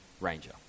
ranger